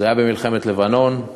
זה היה במלחמת לבנון,